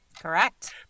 Correct